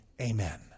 Amen